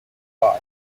bath